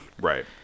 Right